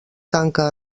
tanca